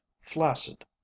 flaccid